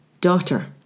Daughter